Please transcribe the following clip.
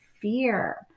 fear